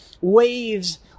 waves